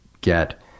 get